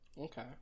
Okay